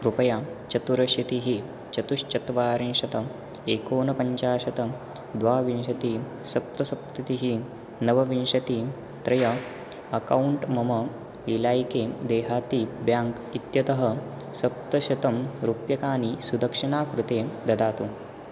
कृपया चतुरशीतिः चतुश्चत्वारिंशत् एकोनपञ्चाशत् द्वाविंशतिः सप्तसप्ततिः नवविंशतिः त्रीणि अकौण्ट् मम इलैकि देहाती ब्याङ्क् इत्यतः सप्तशतरूप्यकाणि सुदक्षिणा कृते ददातु